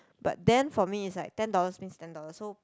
but then for me is like ten dollars mean ten dollars so